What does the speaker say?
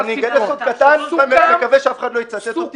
אני אגלה סוד קטן, מקווה שאף אחד לא יצטט אותי.